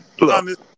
look